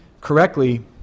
correctly